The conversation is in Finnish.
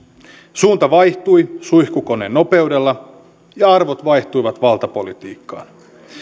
suunta vaihtui suihkukoneen nopeudella ja arvot vaihtuivat valtapolitiikkaan